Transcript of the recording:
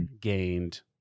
gained